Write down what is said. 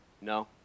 No